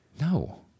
No